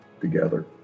together